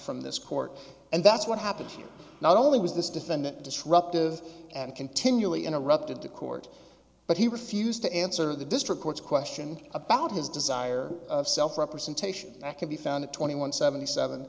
from this court and that's what happened not only was this defendant disruptive and continually interrupted to court but he refused to answer the district court's question about his desire self representation that can be found in twenty one seventy seven